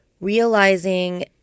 realizing